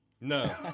No